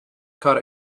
caught